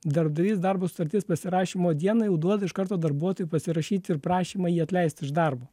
darbdavys darbo sutarties pasirašymo dieną jau duoda iš karto darbuotojui pasirašyt ir prašymą jį atleisti iš darbo